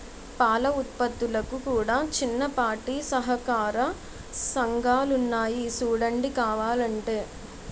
పాల ఉత్పత్తులకు కూడా చిన్నపాటి సహకార సంఘాలున్నాయి సూడండి కావలంటే